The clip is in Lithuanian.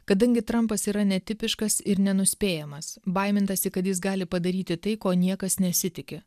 kadangi trampas yra netipiškas ir nenuspėjamas baimintasi kad jis gali padaryti tai ko niekas nesitiki